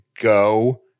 go